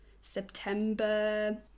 September